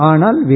Anal